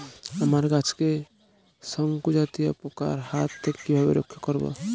আমার গাছকে শঙ্কু জাতীয় পোকার হাত থেকে কিভাবে রক্ষা করব?